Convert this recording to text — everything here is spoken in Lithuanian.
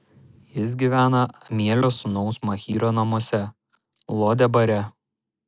jis gyvena amielio sūnaus machyro namuose lo debare